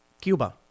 Cuba